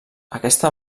aquesta